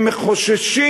הם חוששים.